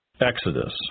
Exodus